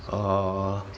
orh